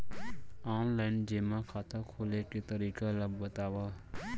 Online जेमा खाता खोले के तरीका ल बतावव?